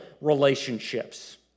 relationships